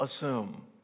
assume